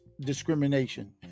discrimination